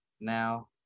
now